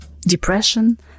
Depression